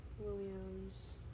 Williams